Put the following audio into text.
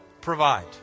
provide